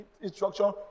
instruction